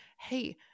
hey